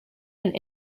and